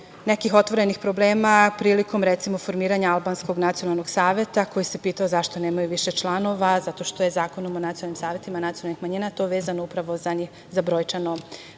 nekih otvorenih problema prilikom, recimo, formiranja albanskog nacionalnog saveta, koji se pitao zašto nemaju više članova, zato što je Zakonom o nacionalnim savetima nacionalnih manjina to vezano upravo za brojčano